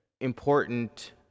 important